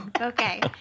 Okay